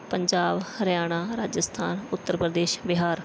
Punjab Haryana Rajasthan Uttar Pradesh Bihar